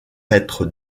être